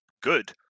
good